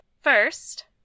first